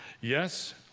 yes